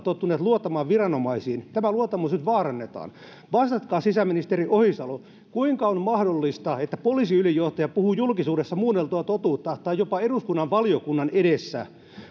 tottuneet luottamaan viranomaisiin nyt tämä luottamus vaarannetaan vastatkaa sisäministeri ohisalo kuinka on mahdollista että poliisiylijohtaja puhuu muunneltua totuutta julkisuudessa tai jopa eduskunnan valiokunnan edessä